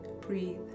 Breathe